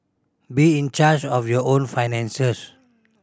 be in charge of your own finances